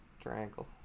Triangle